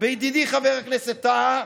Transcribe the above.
בידידי חבר הכנסת טאהא,